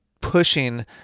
pushing